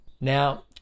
Now